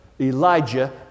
Elijah